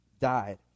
died